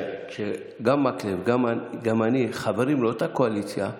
גם מקלב וגם אני חברים לאותה קואליציה,